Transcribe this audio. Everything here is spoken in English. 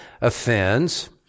offends